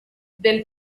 del